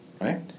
right